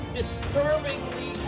disturbingly